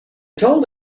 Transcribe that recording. told